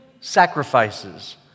sacrifices